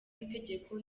itegeko